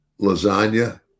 lasagna